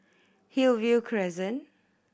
Hillview Crescent